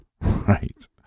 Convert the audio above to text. Right